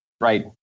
Right